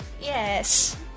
Yes